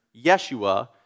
Yeshua